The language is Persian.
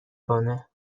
کنه